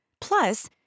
Plus